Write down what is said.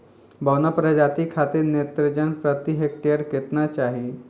बौना प्रजाति खातिर नेत्रजन प्रति हेक्टेयर केतना चाही?